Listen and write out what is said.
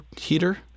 heater